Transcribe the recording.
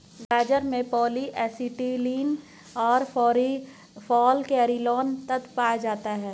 गाजर में polyacetylene व फालकैरिनोल तत्व पाया जाता है